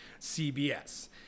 CBS